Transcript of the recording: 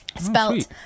Spelt